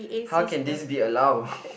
how can this be allow